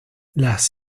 las